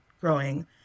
growing